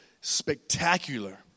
spectacular